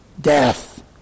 Death